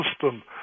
system